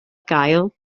gael